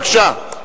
בבקשה.